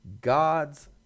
God's